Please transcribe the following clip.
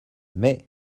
mais